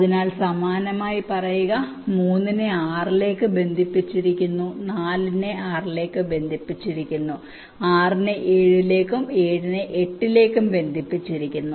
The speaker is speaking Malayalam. അതിനാൽ സമാനമായി പറയുക 3 നെ 6 ലേക്ക് ബന്ധിപ്പിച്ചിരിക്കുന്നു 4 നെ 6 ലേക്ക് ബന്ധിപ്പിച്ചിരിക്കുന്നു 6 നെ 7 ലേക്കും 7 നെ 8 ലേക്കും ബന്ധിപ്പിച്ചിരിക്കുന്നു